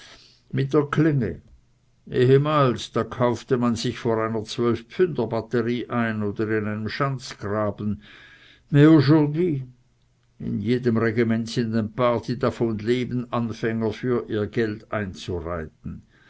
mit der klinge ehemals da kaufte man sich vor einer zwölfpfünder batterie ein oder in einem schanzgraben mais aujourd'hui in jedem regiment sind ein paar die davon leben anfänger für ihr geld einzureiten